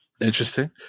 interesting